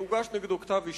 הוגש נגדו כתב אישום,